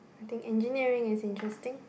I think engineering is interesting